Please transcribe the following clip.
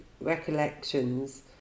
recollections